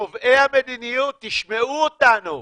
קובעי המדיניות, תשמעו אותנו.